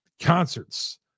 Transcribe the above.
Concerts